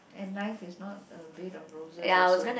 and life is not a bit of roses also